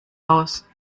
aus